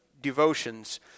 devotions